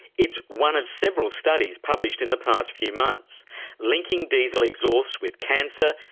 it's one of several studies published in the past few months linking diesel exhaust with cancer,